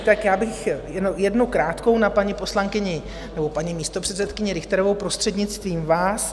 Tak já bych jednu krátkou na paní poslankyni nebo paní místopředsedkyni Richterovou, prostřednictvím vás.